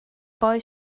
boy